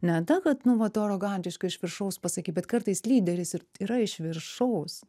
ne ta kad nu va tu arogantiška iš viršaus pasakei bet kartais lyderis ir yra iš viršaus